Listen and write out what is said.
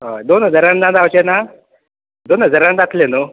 हय दोन हजारान जाता अशें ना दोन हजारान जातले न्हय